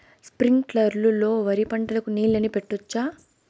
స్ప్రింక్లర్లు లో వరి పంటకు నీళ్ళని పెట్టొచ్చా?